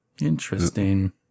interesting